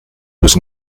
was